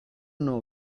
know